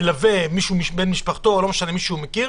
מלווה בן משפחה או מישהו שהוא מכיר,